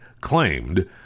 claimed